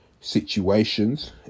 situations